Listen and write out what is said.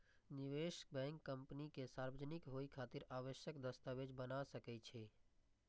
निवेश bank company के सार्वजनिक होइ खातिर आवश्यक दस्तावेज बना सकै छै